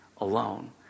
alone